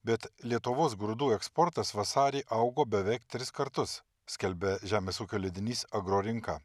bet lietuvos grūdų eksportas vasarį augo beveik tris kartus skelbia žemės ūkio leidinys agrorinka